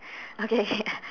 okay ya